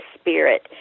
spirit